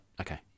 okay